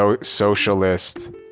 socialist